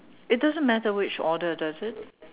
it doesn't matter which order does it